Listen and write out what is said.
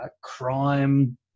crime